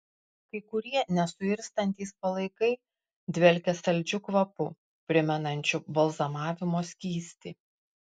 kai kurie nesuirstantys palaikai dvelkia saldžiu kvapu primenančiu balzamavimo skystį